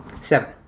seven